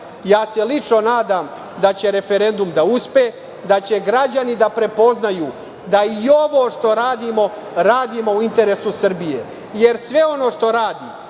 Ja se lično nadam da će referendum da uspe, da će građani da prepoznaju da i ovo što radimo radimo u interesu Srbije. Jer, sve ono što radi